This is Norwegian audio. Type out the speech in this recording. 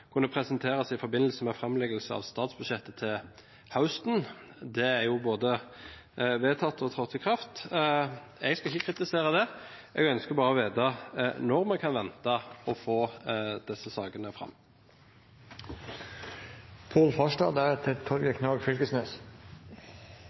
kunne presenteres i forbindelse med framleggelsen av statsbudsjettet «til høsten». Det er jo nå både vedtatt og trådt i kraft. Jeg skal ikke kritisere det. Jeg ønsker bare å vite når vi kan vente å få disse sakene fram.